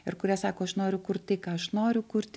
ir kurie sako aš noriu kurt tai ką aš noriu kurt